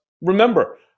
remember